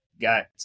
got